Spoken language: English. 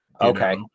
okay